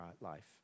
life